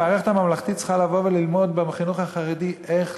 המערכת הממלכתית צריכה לבוא וללמוד בחינוך החרדי איך